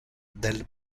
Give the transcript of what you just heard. del